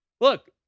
Look